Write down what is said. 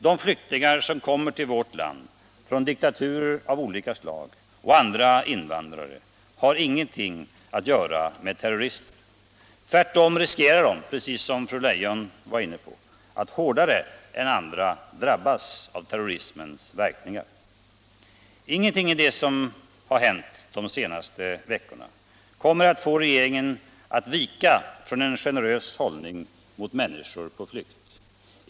De flyktingar som kommer till vårt land från diktaturer av olika slag och andra invandrare har självfallet ingenting att göra med terrorister. Tvärtom riskerar de, precis som fru Leijon påpekade, att hårdare än andra drabbas av terrorismens verkningar. Ingenting av det som hänt de senaste veckorna kommer att få regeringen att vika från en generös hållning mot människor på flykt.